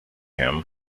him